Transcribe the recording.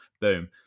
Boom